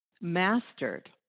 mastered